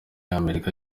amerika